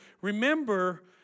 remember